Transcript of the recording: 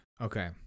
Okay